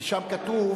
כי שם כתוב,